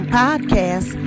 podcast